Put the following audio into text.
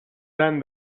send